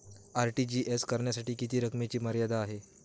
RTGS करण्यासाठी किती रकमेची मर्यादा आहे?